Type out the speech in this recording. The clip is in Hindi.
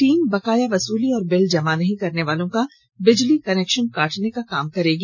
टीम बकाया वसूली और बिल जमा नहीं करने वालों का बिजली कनेक्शन काटने का काम करेगी